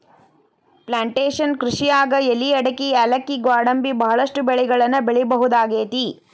plantation ಕೃಷಿಯಾಗ್ ಎಲಿ ಅಡಕಿ ಯಾಲಕ್ಕಿ ಗ್ವಾಡಂಬಿ ಬಹಳಷ್ಟು ಬೆಳಿಗಳನ್ನ ಬೆಳಿಬಹುದಾಗೇತಿ